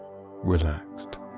relaxed